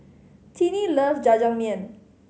Tinnie loves Jajangmyeon